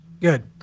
Good